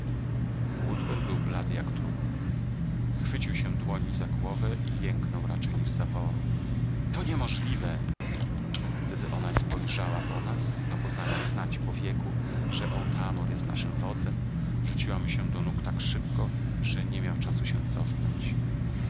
woodbell był blady jak trup chwycił się dłońmi za głowę i jęknął raczej niż zawołał to niemożliwe wtedy ona spojrzała po nas a poznając snadź po wieku że otamor jest naszym wodzem rzuciła mu się do nóg tak szybko że nie miał czasu się cofnąć